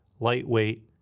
lightweight,